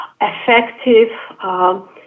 effective